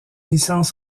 licence